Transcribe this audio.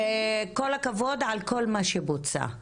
כל הכבוד על כל מה שבוצע,